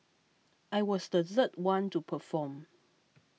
I was the third one to perform